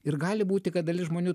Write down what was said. ir gali būti kad dalis žmonių